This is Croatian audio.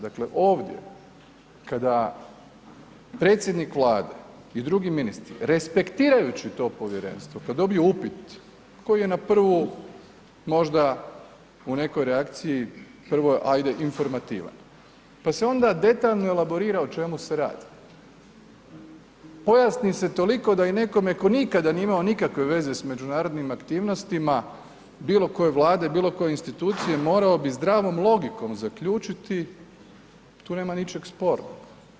Dakle, ovdje kada predsjednik Vlade i drugi ministri respektirajući to povjerenstvo, kada dobiju upit koji je na prvu možda u nekoj reakciji, prvo ajde informativan, pa se onda detaljno elaborira o čemu se radi, pojasni se toliko da i nekome tko nikada nije imao nikakve veze s međunarodnim aktivnostima bilo koje Vlade, bilo koje institucije morao bi zdravom logikom zaključiti, tu nema ničeg sporno.